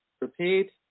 Repeat